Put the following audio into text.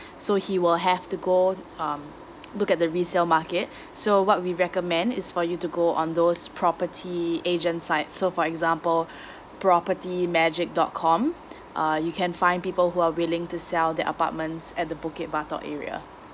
so he will have to go um look at the resale market so what we recommend is for you to go on those property agent site so for example property magic dot com uh you can find people who are willing to sell their apartments at the bukit batok area